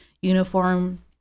uniform